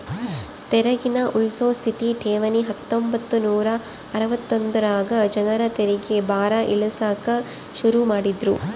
ತೆರಿಗೇನ ಉಳ್ಸೋ ಸ್ಥಿತ ಠೇವಣಿ ಹತ್ತೊಂಬತ್ ನೂರಾ ಅರವತ್ತೊಂದರಾಗ ಜನರ ತೆರಿಗೆ ಭಾರ ಇಳಿಸಾಕ ಶುರು ಮಾಡಿದ್ರು